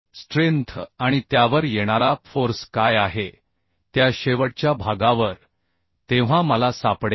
strength आणि त्यावर येणारा फोर्स काय आहे त्या शेवटच्या भागावर तेव्हा मला सापडेल